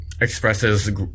expresses